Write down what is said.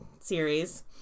series